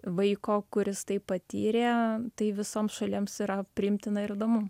vaiko kuris tai patyrė tai visoms šalims yra priimtina ir įdomu